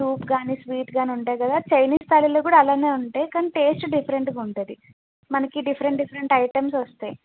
soup గానీ sweet గానీ ఉంటాయి కదా చైనీస్ తాళిలో కూడా అలానే ఉంటాయి కానీ టేస్ట్ డిఫరెంట్గా ఉంటుంది మనకి డిఫరెంట్ డిఫరెంట్ ఐటమ్సోస్తాయి